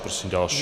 Prosím další.